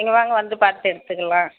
நீங்கள் வாங்க வந்து பார்த்து எடுத்துக்கலாம்